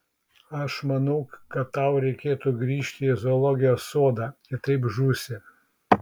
aš manau kad tau reikėtų grįžti į zoologijos sodą kitaip žūsi